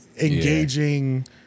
engaging